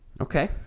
Okay